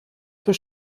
für